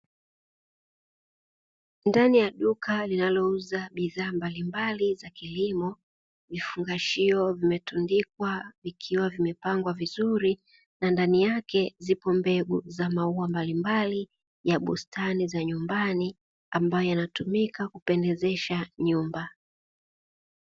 Ndani ya duka linalouza bidhaa mbalimbali za kilimo vifungashio vimetundikwa vikiwa vimepangwa vizuri, na ndani yake zipo mbegu za maua mbalimbali ya bustani za nyumbani ambayo yanatumika kupendezesha nyumba.